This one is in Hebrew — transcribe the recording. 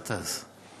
ע'טאס.